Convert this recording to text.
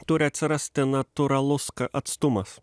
turi atsirasti natūralus atstumas